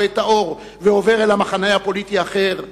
רואה את האור ועובר אל המחנה הפוליטי האחר,